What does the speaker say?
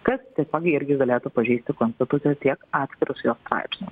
kas taipogi irgi galėtų pažeisti konstituciją tiek atskirus jo straipsnius